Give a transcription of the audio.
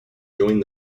joined